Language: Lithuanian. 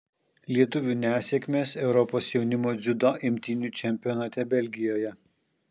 lietuvių nesėkmės europos jaunimo dziudo imtynių čempionate belgijoje